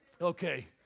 Okay